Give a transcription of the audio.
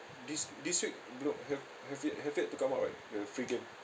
this this week blo~ have have yet have yet to come out right the free game